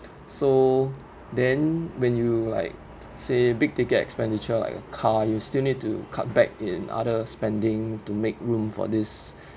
so then when you like say big ticket expenditure like a car you still need to cut back in other spending to make room for this